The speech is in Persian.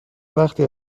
وقتی